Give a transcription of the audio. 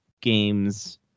games